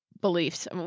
beliefs